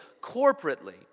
corporately